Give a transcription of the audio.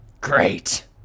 Great